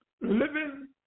living